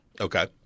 Okay